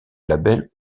label